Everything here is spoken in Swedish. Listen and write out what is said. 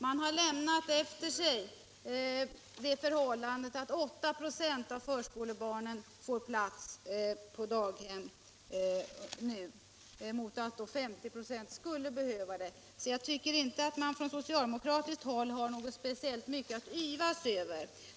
De har lämnat efter sig det förhållandet att bara 8 96 av förskolebarnen får plats på daghem, medan 50 96 skulle behöva plats. Jag tycker att socialdemokraterna inte har speciellt mycket att yvas över.